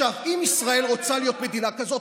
אם ישראל רוצה להיות מדינה כזאת,